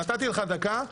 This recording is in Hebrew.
לקריאה הראשונה.